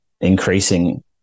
increasing